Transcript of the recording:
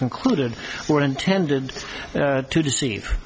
concluded were intended to deceive